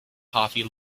haughey